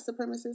supremacists